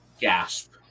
gasp